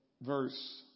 verse